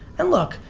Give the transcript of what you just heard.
and look,